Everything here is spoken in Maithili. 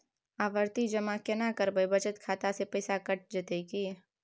आवर्ति जमा केना करबे बचत खाता से पैसा कैट जेतै की?